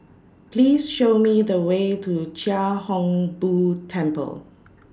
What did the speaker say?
Please Show Me The Way to Chia Hung Boo Temple